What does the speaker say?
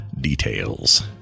details